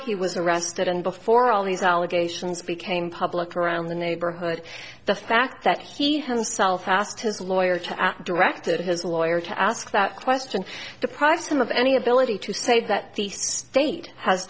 he was arrested and before all these allegations became public around the neighborhood the fact that he himself asked his lawyer to at directed his lawyer to ask that question deprives them of any ability to say that the state has